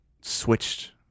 switched